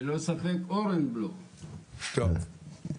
טוב,